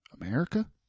America